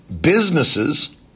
businesses